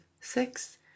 six